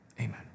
amen